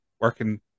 working